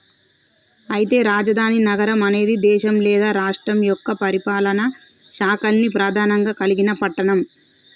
అయితే రాజధాని నగరం అనేది దేశం లేదా రాష్ట్రం యొక్క పరిపాలనా శాఖల్ని ప్రధానంగా కలిగిన పట్టణం